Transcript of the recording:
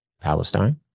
Palestine